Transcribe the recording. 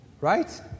Right